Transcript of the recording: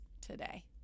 today